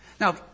Now